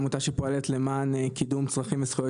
עמותה שפועלת למען קידום צרכים וזכויות